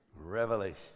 Revelation